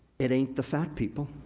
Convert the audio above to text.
it ain't the fat, people,